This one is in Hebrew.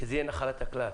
שזה יהיה נחלת הכלל.